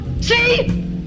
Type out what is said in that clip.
See